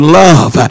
love